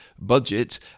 budget